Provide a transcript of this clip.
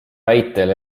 väitel